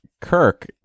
Kirk